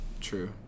True